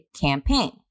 campaign